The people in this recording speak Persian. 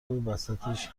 وسطش